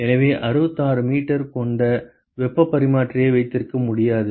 எனவே 66 மீட்டர் கொண்ட வெப்பப் பரிமாற்றியை வைத்திருக்க முடியாது